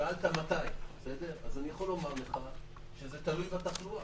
שאלת מתי, אז אני יכול לומר לך שזה תלוי בתחלואה.